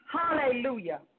Hallelujah